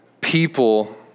people